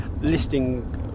listing